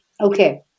okay